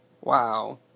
wow